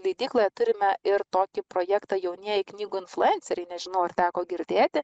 leidykloje turime ir tokį projektą jaunieji knygų influenceriai nežinau ar teko girdėti